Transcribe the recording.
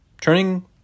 turning